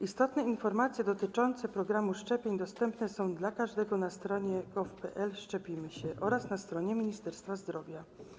Istotne informacje dotyczące programu szczepień dostępne są dla każdego na stronie gov.pl/szczepimysie oraz na stronie Ministerstwa Zdrowia.